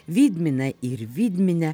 vydminą ir vydminę